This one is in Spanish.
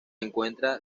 encuentra